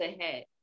ahead